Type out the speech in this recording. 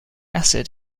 acid